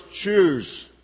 choose